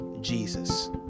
Jesus